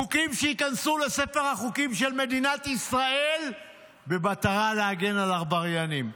חוקים שייכנסו לספר החוקים של מדינת ישראל במטרה להגן על עבריינים.